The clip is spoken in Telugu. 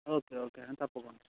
ఓకే ఓకే అండి తప్పకుండా